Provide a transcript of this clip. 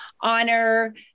honor